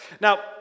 Now